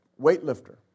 weightlifter